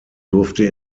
durfte